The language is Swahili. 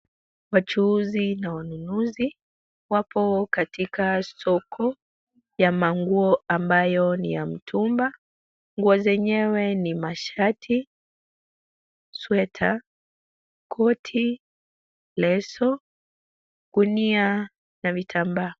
Wachuuzi na wanunuzi wapo katika soko ya manguo ambayo ni ya mtumba. Nguo zenyewe ni mashati, sweta, koti, leso, gunia na vitambaa.